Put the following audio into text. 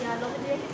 אינפורמציה לא מדויקת.